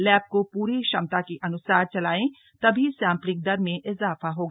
lab को पूरी क्षमता के अनुसार चलाये तभी सैम्पलिंग दर में इजाफा होगा